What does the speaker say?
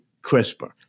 crispr